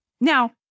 Now